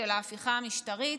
של ההפיכה המשטרית,